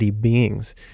beings